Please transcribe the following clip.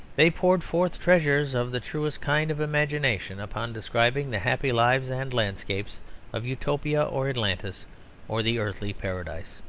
they poured forth treasures of the truest kind of imagination upon describing the happy lives and landscapes of utopia or atlantis or the earthly paradise.